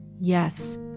yes